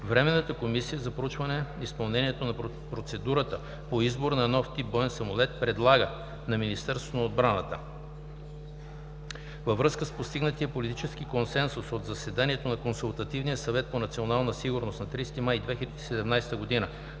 Временната комисия за проучване изпълнението на процедурата по избор на нов тип боен самолет предлага на Министерството на отбраната: 1. Във връзка с постигнатия политически консенсус от заседанието на Консултативния съвет по национална сигурност на 30 май 2017 г. за